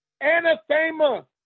Anathema